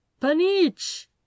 Panich